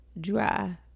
dry